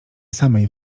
samej